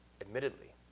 admittedly